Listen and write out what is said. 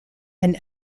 and